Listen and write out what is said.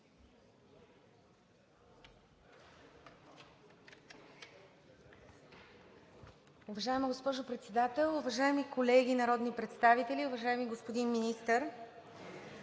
Уважаема госпожо Председател, уважаеми колеги народни представители, уважаеми господин Василев!